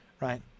Right